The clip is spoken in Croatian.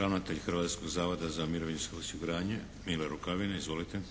Ravnatelj Hrvatskog zavoda za mirovinsko osiguranje Mile Rukavina. Izvolite.